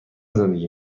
زندگی